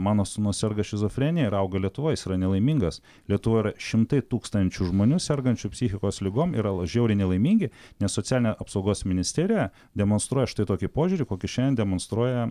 mano sūnus serga šizofrenija ir auga lietuvoj jis yra nelaimingas lietuvoj yra šimtai tūkstančių žmonių sergančių psichikos ligom yra žiauriai nelaimingi nes socialinė apsaugos ministerija demonstruoja štai tokį požiūrį kokį šiandien demonstruoja